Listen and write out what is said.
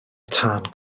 tân